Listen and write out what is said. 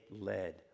led